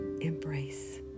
embrace